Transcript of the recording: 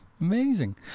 amazing